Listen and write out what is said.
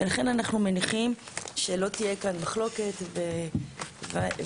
ולכן אנחנו מניחים שלא תהיה כאן מחלוקת ונוכל